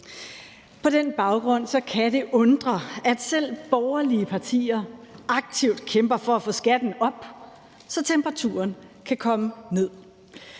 På den baggrund kan det undre, at selv borgerlige partier aktivt kæmper for at få skatten op, så temperaturen kan komme ned.